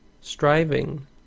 striving